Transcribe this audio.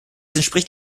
entspricht